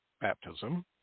baptism